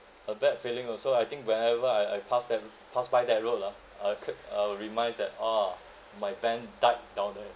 a bad feeling also I think whenever I I pass then pass by that road lah I'll keep I'll reminds that a'ah my van died down there